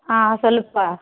ஆ சொல்லுப்பா